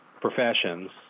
professions